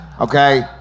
okay